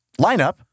lineup